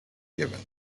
given